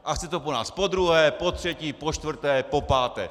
A chce to po nás podruhé, potřetí, počtvrté, popáté!